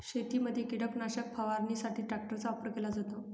शेतीमध्ये कीटकनाशक फवारणीसाठी ट्रॅक्टरचा वापर केला जातो